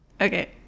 Okay